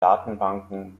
datenbanken